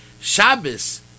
Shabbos